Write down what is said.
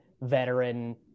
veteran